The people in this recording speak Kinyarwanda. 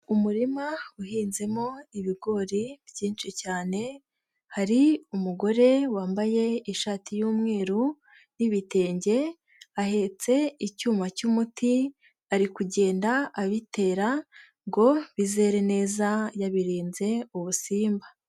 Umurima uhinzemo ibigori byinshi cyane, hari umugore wambaye ishati y'umweru n'ibitenge, ahetse icyuma cy'umuti, ari kugenda abitera ngo bizere neza yabirenze ubusimba.